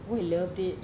we loved it